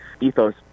ethos